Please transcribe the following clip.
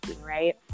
right